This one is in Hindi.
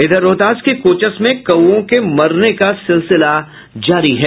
इधर रोहतास के कोचस में कौओ के मरने का सिलसिला जारी है